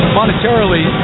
monetarily